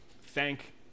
thank